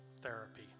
therapy